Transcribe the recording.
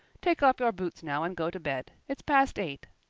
take off your boots now and go to bed. it's past eight.